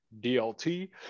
DLT